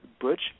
butch